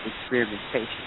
experimentation